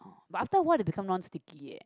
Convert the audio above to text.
but after awhile they become non-sticky eh